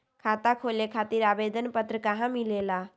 खाता खोले खातीर आवेदन पत्र कहा मिलेला?